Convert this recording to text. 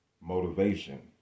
Motivation